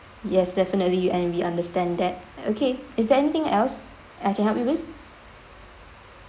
yes definitely and we understand that okay is there anything else I can help you with